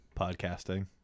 podcasting